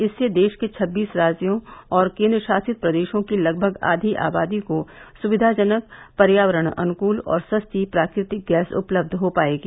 इससे देश के छबीस राज्यों और केन्द्रशासित प्रदेशों की लगभग आधी आबादी को सुविधाजनक पर्यावरण अनुकूल और सस्ती प्राकृतिक गैस उपलब्ध हो पाएगी